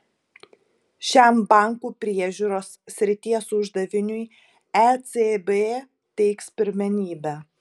šiam bankų priežiūros srities uždaviniui ecb teiks pirmenybę